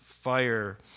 Fire